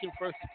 first